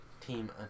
team